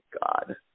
god